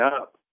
up